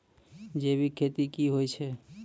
जैविक खेती की होय छै?